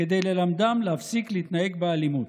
כדי ללמדם להפסיק להתנהג באלימות.